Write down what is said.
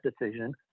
decision